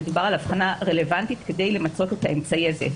כאן מדובר על הבחנה רלוונטית כדי למצות את האמצעי הזה.